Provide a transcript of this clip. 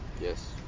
Yes